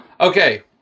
Okay